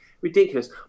ridiculous